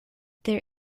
there